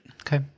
Okay